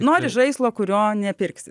nori žaislo kurio nepirksit